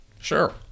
Sure